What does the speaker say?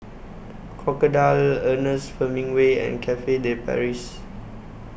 Crocodile Ernest Hemingway and Cafe De Paris